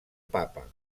papa